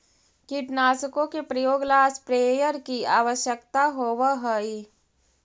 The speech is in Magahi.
कीटनाशकों के प्रयोग ला स्प्रेयर की आवश्यकता होव हई